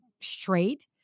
straight